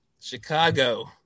Chicago